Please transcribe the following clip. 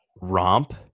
romp